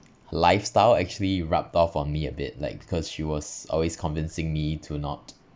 lifestyle actually rubbed off on me a bit like because she was always convincing me to not